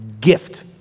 gift